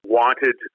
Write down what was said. wanted